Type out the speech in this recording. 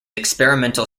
experimental